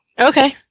Okay